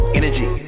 energy